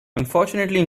unfortunately